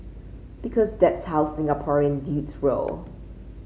because that's how Singaporean dudes roll